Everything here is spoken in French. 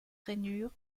rainures